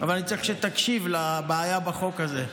אבל אני צריך שתקשיב לבעיה בחוק הזה.